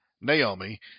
Naomi